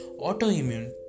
autoimmune